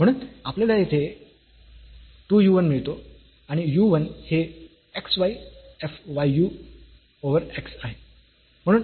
म्हणून आपल्याला फक्त we get only 2 u 1 मिळतो आणि u 1 हे x y f y u over x आहे